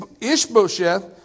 Ishbosheth